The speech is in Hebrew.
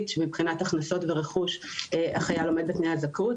שמבחינת הכנסות ורכוש החייל עומד בתנאי הזכאות.